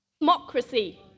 Democracy